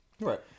Right